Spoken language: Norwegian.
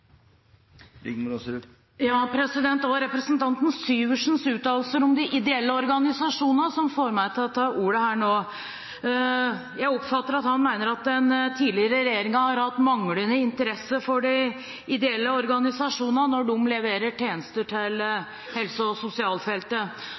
representanten Syversens uttalelser om de ideelle organisasjonene som fikk meg til å ta ordet her nå. Jeg oppfatter at han mener at den tidligere regjeringen har hatt manglende interesse for de ideelle organisasjonene når de leverer tjenester til